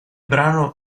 brano